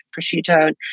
prosciutto